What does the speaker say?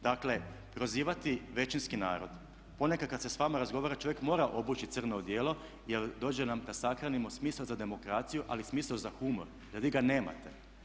Dakle prozivati većinski narod, ponekad kad se s vama razgovara čovjek mora obući crno odijelo jer dođe nam da sahranimo smisao za demokraciju ali i smisao za humor, jer vi ga nemate.